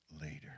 later